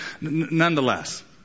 nonetheless